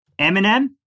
Eminem